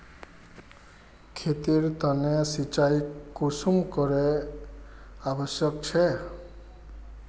खेतेर तने सिंचाई कुंसम करे आवश्यक छै?